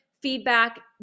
feedback